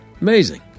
Amazing